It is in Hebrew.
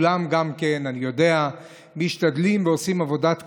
כולם גם כן, אני יודע, משתדלים ועושים עבודת קודש,